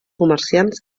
comerciants